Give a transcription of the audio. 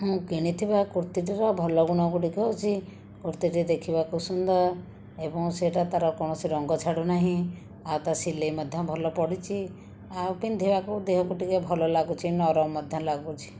ମୁଁ କିଣିଥିବା କୁର୍ତ୍ତୀଟିର ଭଲ ଗୁଣ ଗୁଡ଼ିକ ହେଉଛି କୁର୍ତ୍ତୀଟି ଦେଖିବାକୁ ସୁନ୍ଦର ଏବଂ ସେଇଟା ତାର କୌଣସି ରଙ୍ଗ ଛାଡ଼ୁନାହିଁ ଆଉ ତା ସିଲେଇ ମଧ୍ୟ ଭଲ ପଡ଼ିଛି ଆଉ ପିନ୍ଧିବାକୁ ଦେହକୁ ଟିକିଏ ଭଲ ଲାଗୁଛି ନରମ ମଧ୍ୟ ଲାଗୁଛି